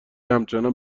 همچنان